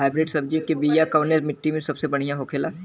Hybrid सब्जी के बिया कवने मिट्टी में सबसे बढ़ियां होखे ला?